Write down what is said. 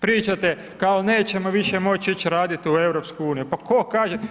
Pričate, kao nećemo više moći ići raditi u EU, pa ko kaže?